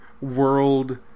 world